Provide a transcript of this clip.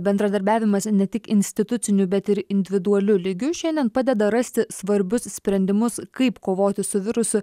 bendradarbiavimas ne tik instituciniu bet ir individualiu lygiu šiandien padeda rasti svarbius sprendimus kaip kovoti su virusu